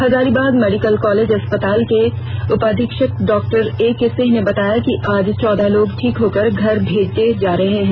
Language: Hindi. हजारीबाग मेडिकल कॉलेज अस्पताल के उपाधीक्षक डॉक्टर ए के सिंह ने बताया कि आज चौदह लोग ठीक होकर घर भेजे जा रहे हैं